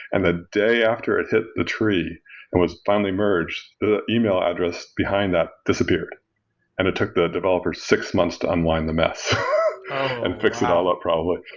and the day after it hit the tree and was finally merged, the email address behind that disappeared and it took the developers six months to unwind the mess and fix it all up probably.